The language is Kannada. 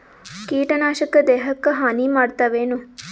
ಕೀಟನಾಶಕ ದೇಹಕ್ಕ ಹಾನಿ ಮಾಡತವೇನು?